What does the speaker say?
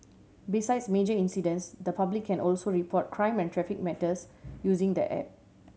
besides major incidents the public can also report crime and traffic matters using the app